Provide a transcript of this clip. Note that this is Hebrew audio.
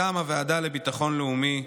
מטעם הוועדה לביטחון לאומי: